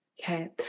Okay